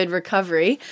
recovery